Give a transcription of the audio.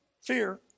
fear